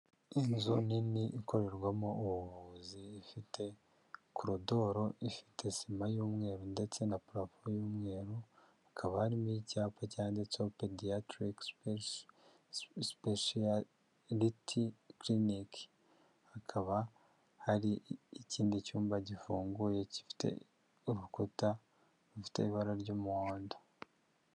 Inzu nini ikorerwamo ubuvuzi ifite korodoro ifite sima y'umweru ndetse na prov y'umweru hakaba harimo icyapa cyanditseho pediyatirigisi sipeje sipesiyali kiriniki hakaba hari ikindi cyumba gifunguye gifite urukuta rufite ibara ry'umuhondo.